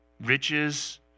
Riches